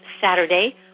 Saturday